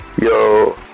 Yo